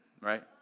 Right